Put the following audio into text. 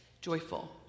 joyful